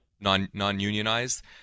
Non-unionized